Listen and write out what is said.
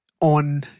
on